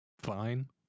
fine